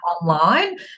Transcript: online